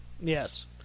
Yes